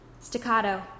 staccato